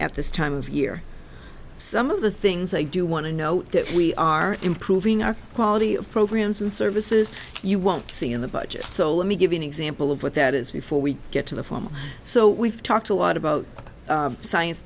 at this time of year some of the things i do want to note that we are improving our quality of programs and services you won't see in the budget so let me give you an example of what that is before we get to the form so we've talked a lot about science